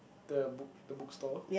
the book the book store